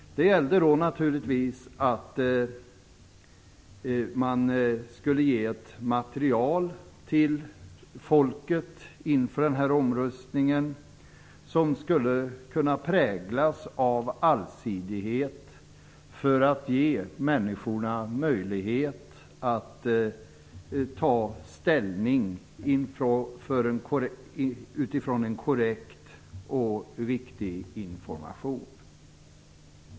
Det gällde då att ge ett material till folket inför denna omröstning som skulle präglas av allsidighet för att ge människorna möjlighet att ta ställning utifrån en korrekt och riktig information.